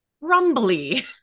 rumbly